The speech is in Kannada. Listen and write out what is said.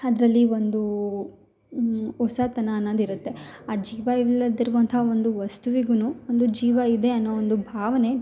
ಅದರಲ್ಲಿ ಒಂದು ಹೊಸತನ ಅನ್ನೋದು ಇರತ್ತೆ ಆ ಜೀವ ಇಲ್ಲದಿರುವಂತಹ ಒಂದು ವಸ್ತುವಿಗುನು ಒಂದು ಜೀವ ಇದೆ ಅನ್ನೋ ಒಂದು ಭಾವನೆ